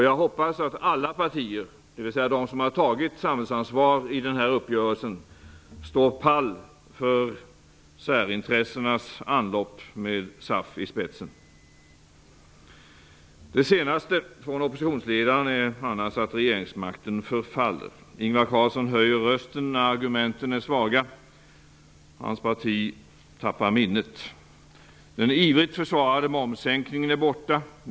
Jag hoppas att alla partier som tagit samhällsansvar i uppgörelsen står pall för särintressenas anlopp med SAF i spetsen. Det senaste från oppositionsledaren är annars att regeringsmakten förfaller. Ingvar Carlsson höjer rösten när argumenten är svaga. Hans parti tappar minnet. Den ivrigt försvarade momssänkningen är borta.